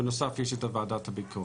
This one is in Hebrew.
בנוסף יש ועדת ביקורת.